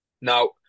Now